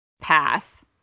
path